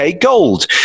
Gold